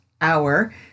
hour